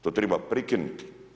To treba prekinuti.